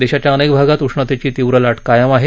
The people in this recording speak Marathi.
देशाच्या अनेक भागात उष्णतेची तीव्र लाट कायम आहे